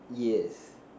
yes